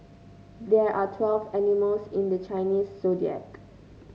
there are twelve animals in the Chinese Zodiac